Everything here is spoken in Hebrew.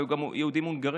היו שם גם יהודים הונגרים.